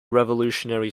revolutionary